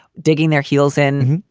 digging their heels in.